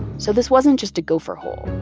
so this wasn't just a gopher hole.